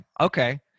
Okay